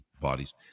bodies